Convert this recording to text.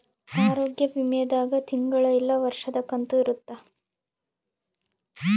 ಆರೋಗ್ಯ ವಿಮೆ ದಾಗ ತಿಂಗಳ ಇಲ್ಲ ವರ್ಷದ ಕಂತು ಇರುತ್ತ